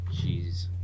Jeez